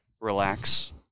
relax